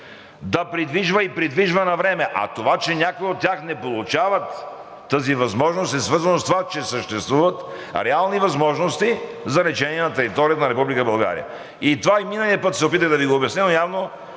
да придвижва и придвижва навреме. А това, че някои от тях не получават тази възможност, е свързано с това, че съществуват реални възможности за лечение на територията на Република България. Това и миналия път се опитах да Ви го обясня, но явно